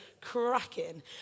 cracking